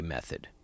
Method